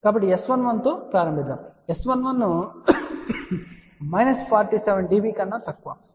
కాబట్టి S11 తో ప్రారంభిద్దాం S11 మైనస్ 47 dB కన్నా తక్కువ